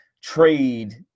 trade